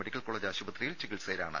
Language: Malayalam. മെഡിക്കൽ കോളജ് ആശുപത്രിയിൽ ചികിത്സയിലാണ്